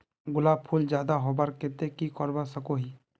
गुलाब फूल ज्यादा होबार केते की करवा सकोहो ही?